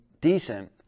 decent